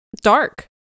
dark